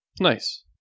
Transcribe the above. Nice